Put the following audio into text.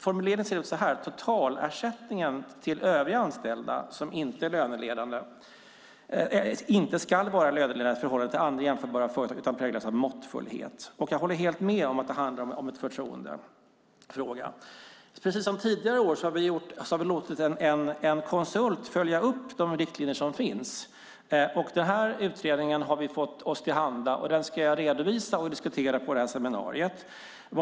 Formuleringen är: Totalersättningen till övriga anställda ska inte vara löneledande i förhållande till andra jämförbara företag utan präglas av måttfullhet. Jag håller helt med om att det är en förtroendefråga. Precis som tidigare år har vi låtit en konsult följa upp de riktlinjer som finns. Den utredningen har kommit oss till handa. Den ska jag redovisa och diskutera på seminariet.